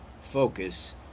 focus